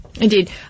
Indeed